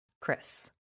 Chris